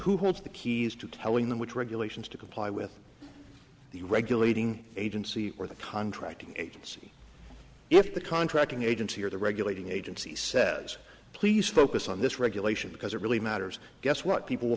who holds the keys to telling them which regulations to comply with the regulating agency or the contracting agency if the contracting agency or the regulating agency says please focus on this regulation because it really matters guess what people will